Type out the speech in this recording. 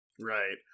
Right